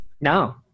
No